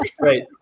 Right